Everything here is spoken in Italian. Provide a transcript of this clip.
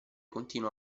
continua